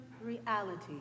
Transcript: reality